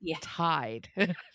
tied